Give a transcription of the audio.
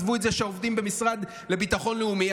עזבו את זה שהעובדים במשרד לביטחון לאומי.